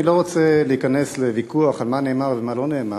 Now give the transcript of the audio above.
אני לא רוצה להיכנס לוויכוח על מה נאמר ומה לא נאמר,